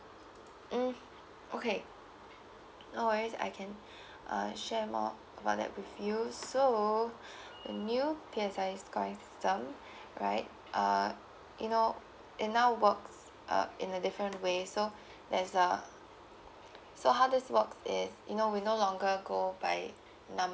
mm okay no worries I can uh share more about that with you so the new P_S_I scoring system right uh you know it now works uh in a different way so there's uh so how this works is you know we no longer go by numbers